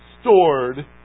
stored